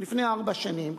לפני ארבע שנים,